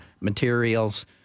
materials